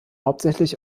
hauptsächlich